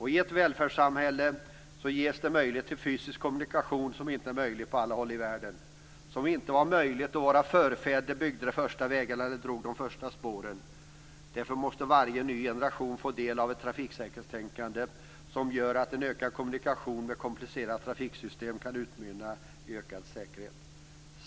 I ett välfärdssamhälle ges det möjligheter till fysisk kommunikation som inte är möjligt på alla håll i världen. Detta var inte möjligt när våra förfäder byggde de första vägarna eller drog de första spåren. Därför måste varje ny generation få del av ett trafiksäkerhetstänkande som gör att en ökad kommunikation med ett komplicerat trafiksystem kan utmynna i ökad säkerhet.